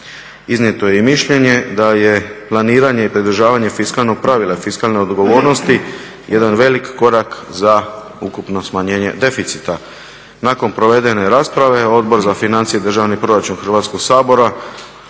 iznijeto je i mišljenje da je planiranje i pridržavanje fiskalnog pravila i fiskalne odgovornosti jedan velik korak za ukupno smanjenje deficita. Nakon provedene rasprave, Odbor za financije i državni proračun Hrvatskog sabora